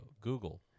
Google